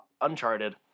Uncharted